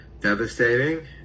devastating